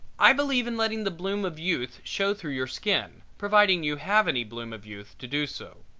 i believe in letting the bloom of youth show through your skin, providing you have any bloom of youth to do so.